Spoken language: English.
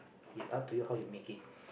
is up to you how you make it